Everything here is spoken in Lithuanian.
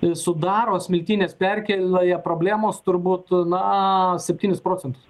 sudaro smiltynės perkėloje problemos turbūt na septynis procentus